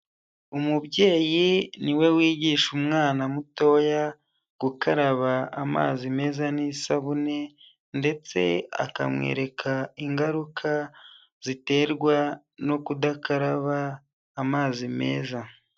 Umubyeyi niwe wigisha umwana mutoya gukaraba amazi meza n'isabune ndetse akamwereka ingaruka ziterwa no kudakaraba amazi meza.